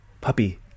puppy